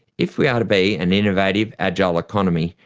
if we are to be an innovative, agile economy,